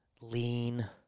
lean